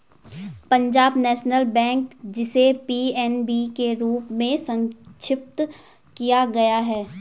Punjab national bank, जिसे PNB के रूप में संक्षिप्त किया गया है